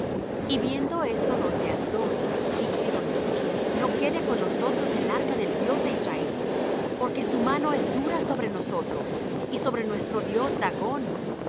y viendo esto los de asdod dijeron no quede con nosotros el arca del dios de israel porque su mano es dura sobre nosotros y sobre nuestro dios dagón